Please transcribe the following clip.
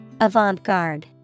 Avant-garde